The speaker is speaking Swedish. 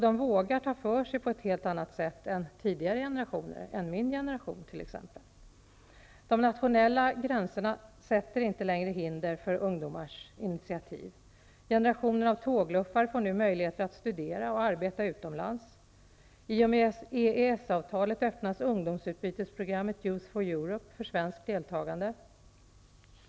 De vågar ta för sig på ett helt annat sätt än tidigare generationer, än t.ex. min generation. De nationella gränserna sätter inte längre hinder för ungdomars initiativ. Generationen av tågluffare får nu möjligheter att studera och arbeta utomlands. I och med EES-avtalet öppnas ungdomsutbytesprogrammet Youth for Europe för svenskt deltagande.